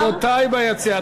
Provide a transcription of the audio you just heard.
רבותי ביציע,